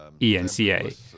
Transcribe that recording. ENCA